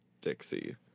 Dixie